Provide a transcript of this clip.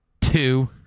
two